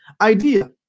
idea